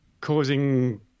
causing